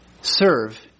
serve